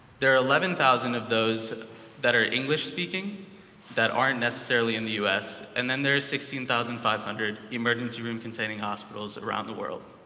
there are eleven thousand of those that are english speaking that aren't necessarily in the us, and then there is sixteen thousand five hundred emergency-room-containing hospitals around the world.